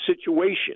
situation